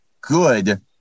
good